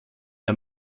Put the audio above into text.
der